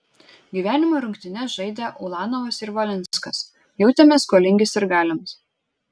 gyvenimo rungtynes žaidę ulanovas ir valinskas jautėmės skolingi sirgaliams